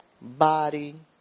body